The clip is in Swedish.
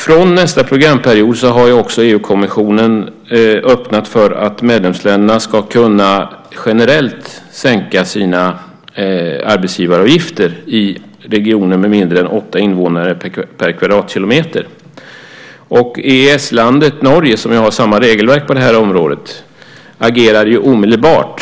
Från nästa programperiod har också EU-kommissionen öppnat för att medlemsländerna ska kunna generellt sänka sina arbetsgivaravgifter i regioner som har mindre än åtta invånare per kvadratkilometer. EES-landet Norge, som har samma regelverk på det här området, agerade omedelbart.